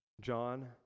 John